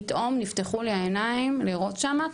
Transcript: פתאום נפתחו לי העיניים למראות שם,